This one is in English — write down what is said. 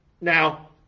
Now